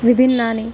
विभिन्नानि